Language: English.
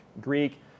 greek